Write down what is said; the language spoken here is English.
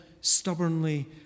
stubbornly